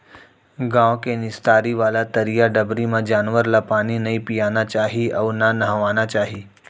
गॉँव के निस्तारी वाला तरिया डबरी म जानवर ल पानी नइ पियाना चाही अउ न नहवाना चाही